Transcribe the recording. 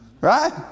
Right